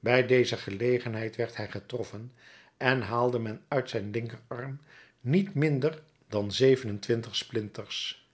bij deze gelegenheid werd hij getroffen en haalde men uit zijn linkerarm niet minder dan zeven-en-twintig splinters